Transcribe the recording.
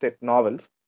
novels